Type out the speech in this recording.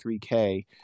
3K